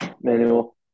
manual